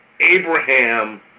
Abraham